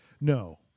No